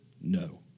No